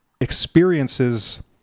experiences